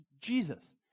Jesus